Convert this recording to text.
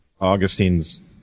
Augustine's